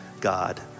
God